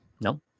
No